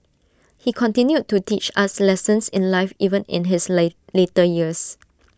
he continued to teach us lessons in life even in his late later years